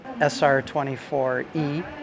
SR24E